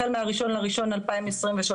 החל מה-01.01.2023,